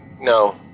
No